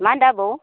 मा होन्दो आबौ